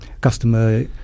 customer